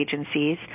agencies